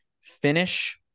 finish